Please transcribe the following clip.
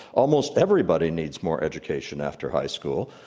almost everybody needs more education after high school.